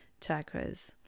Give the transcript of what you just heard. chakras